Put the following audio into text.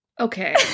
Okay